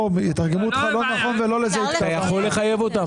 לזה התכוונת.